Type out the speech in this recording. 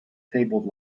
tabled